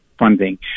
funding